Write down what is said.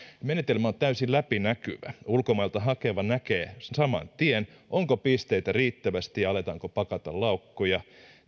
menetelmä on täysin läpinäkyvä ulkomailta hakeva näkee saman tien onko pisteitä riittävästi ja aletaanko pakata laukkuja